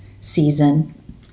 season